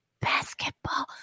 Basketball